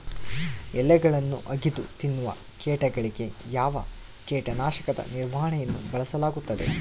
ಎಲೆಗಳನ್ನು ಅಗಿದು ತಿನ್ನುವ ಕೇಟಗಳಿಗೆ ಯಾವ ಕೇಟನಾಶಕದ ನಿರ್ವಹಣೆಯನ್ನು ಬಳಸಲಾಗುತ್ತದೆ?